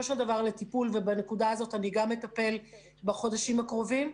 של דבר לטיפול ובנקודה הזאת אני גם אטפל בחודשים הקרובים.